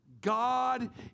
God